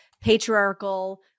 patriarchal